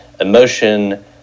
emotion